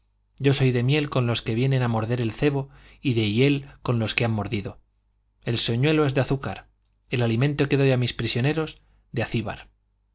yo soy de miel con los que vienen a morder el cebo y de hiel con los que han mordido el señuelo es de azúcar el alimento que doy a mis prisioneros de acíbar